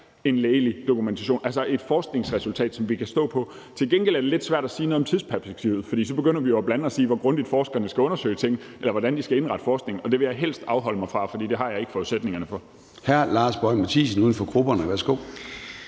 en lægelig dokumentation, altså et forskningsresultat, som vi kan stå på. Til gengæld er det lidt svært at sige noget om tidsperspektivet, for så begynder vi jo at blande os i, hvor grundigt forskerne skal undersøge ting, eller hvordan de skal indrette forskningen, og det vil jeg helst afholde mig fra, for det har jeg ikke forudsætningerne for. Kl. 11:04 Formanden (Søren Gade): Hr. Lars Boje Mathiesen, uden for grupperne. Værsgo.